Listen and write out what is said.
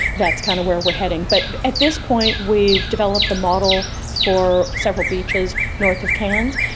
that's kind of where we are heading. but at this point we've developed the model for several beaches north of cairns,